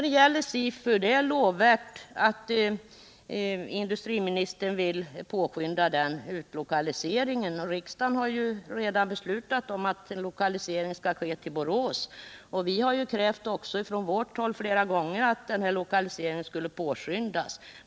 Det är lovvärt att industriministern vill påskynda utlokaliseringen av industriverkets SIFU-enhet. Riksdagen har redan beslutat att lokaliseringen skall ske till Borås. Från vårt håll har det flera gånger krävts att denna lokalisering skulle påskyndas.